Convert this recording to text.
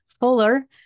Fuller